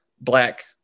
black